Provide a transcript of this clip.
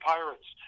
Pirates